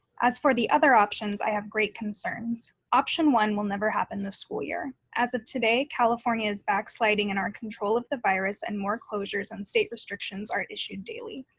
as for the other options, i have great concerns. option one will never happen this school year. as of today, california is backsliding in our control of the virus and more closures and state restrictions are issued daily.